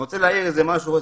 אני רוצה להעיר משהו.